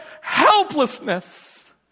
helplessness